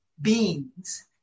beings